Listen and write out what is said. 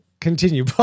Continue